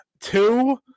Two